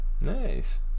nice